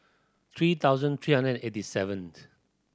three thousand three hundred eighty seventh